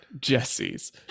Jesse's